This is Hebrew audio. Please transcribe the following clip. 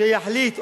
שיחליט,